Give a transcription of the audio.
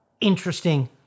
interesting